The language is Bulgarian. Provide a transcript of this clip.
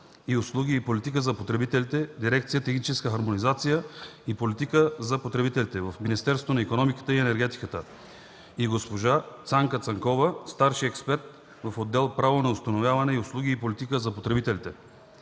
и услуги и политика за потребителите”, дирекция „Техническа хармонизация и политика за потребителите” в Министерството на икономиката и енергетиката, и госпожа Цанка Цанкова – старши експерт в отдел „Право на установяване и услуги и политика за потребителите”,